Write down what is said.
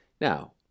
Now